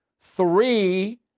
Three